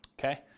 Okay